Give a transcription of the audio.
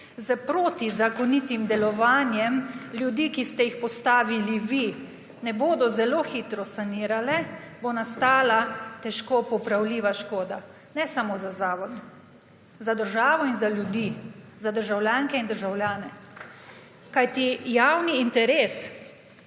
s protizakonitim delovanjem ljudi, ki ste jih postavili vi, ne bodo zelo hitro sanirale, bo nastala težko popravljiva škoda. Ne samo za zavod, za državo in za ljudi, za državljanke in državljane. Javni interes